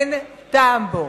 ואין טעם בו.